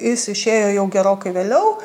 jis išėjo jau gerokai vėliau